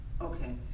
Okay